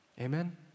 Amen